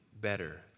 better